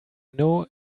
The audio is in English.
know